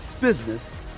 business